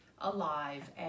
alive